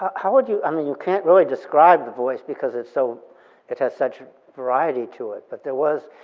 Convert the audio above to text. how would you, i mean, you can't really describe the voice, because it so it has such variety to it, but there was